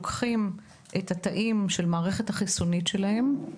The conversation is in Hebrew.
לוקחים את התאים של המערכת החיסונית שלהם,